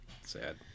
Sad